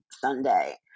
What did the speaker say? Sunday